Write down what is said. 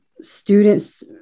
students